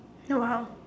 so how